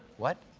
what?